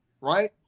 right